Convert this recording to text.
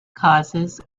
causes